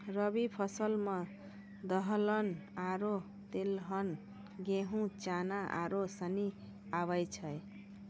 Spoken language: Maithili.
रवि फसल मे दलहन आरु तेलहन गेहूँ, चना आरू सनी आबै छै